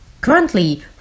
Currently